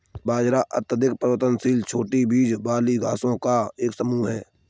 बाजरा अत्यधिक परिवर्तनशील छोटी बीज वाली घासों का एक समूह है